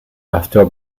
after